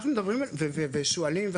שועלים,